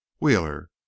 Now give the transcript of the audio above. wheeler